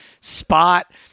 spot